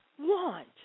want